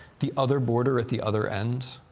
the other border at the other end,